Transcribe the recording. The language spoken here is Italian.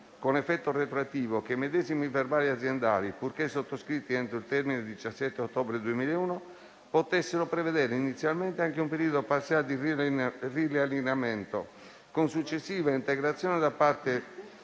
con effetto retroattivo che i medesimi verbali aziendali, purché sottoscritti entro il termine del 17 ottobre 2001, potessero prevedere inizialmente anche un periodo parziale di riallineamento, con successiva integrazione da parte